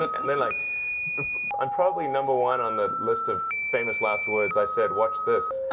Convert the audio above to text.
and then like i'm probably number one on the list of famous last words. i said, watch this.